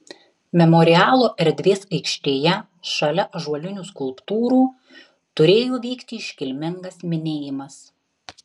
memorialo erdvės aikštėje šalia ąžuolinių skulptūrų turėjo vykti iškilmingas minėjimas